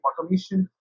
automation